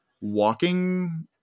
walking